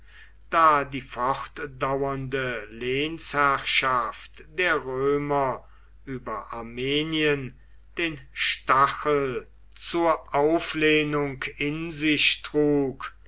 da die fortdauernde lehnsherrschaft der römer über armenien den stachel zur auflehnung in sich trug